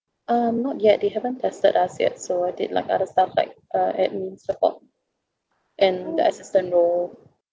um not yet they haven't tested us yet so I did like other stuff like uh admin support and the assistant role